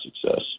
success